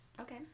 Okay